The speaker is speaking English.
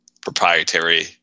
proprietary